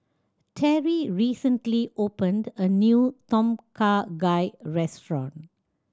Terri recently opened a new Tom Kha Gai restaurant